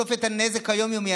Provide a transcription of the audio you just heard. בסוף הנזק היום-יומי,